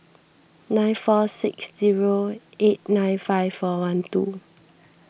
nine four six zero eight nine five four one two